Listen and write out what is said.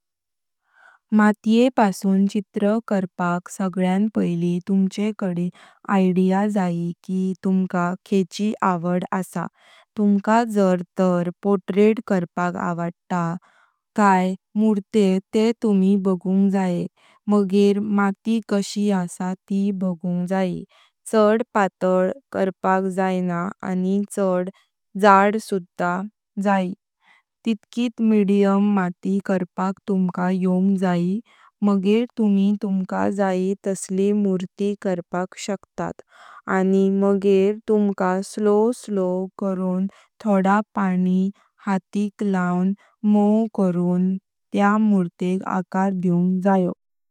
मत्ये पासून चित्र करपाक सगळ्यान पहली तुमचें कडे आयडिया जायी की तुमका खेंची आवड असा। तुमका जर तर पोर्ट्रेट करपाक आवडतात काय मुर्ते ते तुमी बगूंग जये मगेर माती कशी असा ती बगूंग जायी। चड पातलई करपाक जाईना आनी चड जाड सुधा जायी तित्य्कित मीडियम माती करपाक तुमका योंग जायी मगेर तुमी तुमका जयी तसळी मूर्ति करपाक शक्तत आनी मगेर तुमका स्लो स्लो करुंग थोडा पानी हाथिक लाऊन मोव करुंग माती त्या मुर्तेक आकार दिवंग जयो।